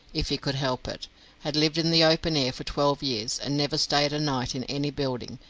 if he could help it had lived in the open air for twelve years, and never stayed a night in any building,